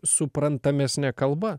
suprantamesne kalba